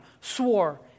swore